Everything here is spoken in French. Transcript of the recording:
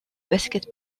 basket